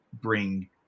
bring